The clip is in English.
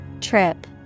Trip